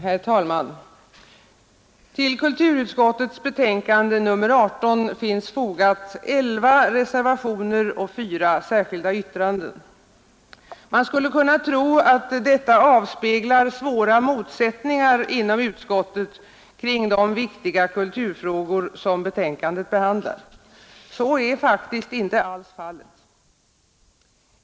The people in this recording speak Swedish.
Herr talman! Till kulturutskottets betänkande nr 18 finns fogade elva reservationer och fyra särskilda yttranden. Man skulle kunna tro att detta avspeglar svåra motsättningar inom utskottet kring de viktiga kulturfrågor som betänkandet behandlar. Så är faktiskt inte alls fallet.